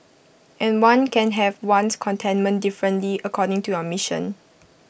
and one can have one's contentment differently according to your mission